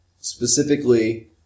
specifically